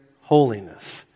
holiness